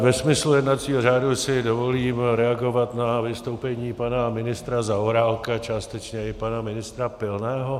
Já si ve smyslu jednacího řádu dovolím reagovat na vystoupení pana ministra Zaorálka a částečně i pana ministra Pilného.